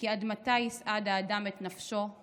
כי עד / מתי יסעד האדם את נפשו /